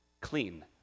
clean